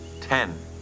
Ten